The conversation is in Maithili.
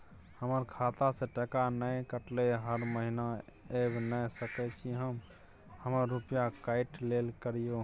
हमर खाता से टका नय कटलै हर महीना ऐब नय सकै छी हम हमर रुपिया काइट लेल करियौ?